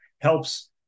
helps